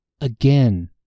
again